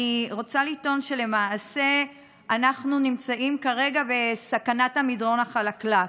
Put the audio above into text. אני רוצה לטעון שאנחנו נמצאים כרגע בסכנת המדרון החלקלק.